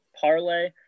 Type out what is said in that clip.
parlay